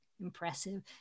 impressive